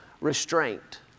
restraint